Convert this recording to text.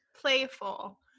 playful